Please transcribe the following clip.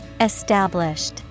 Established